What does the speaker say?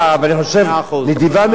ואני חושב נדיבה מאוד,